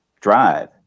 drive